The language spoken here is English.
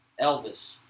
Elvis